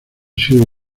sioux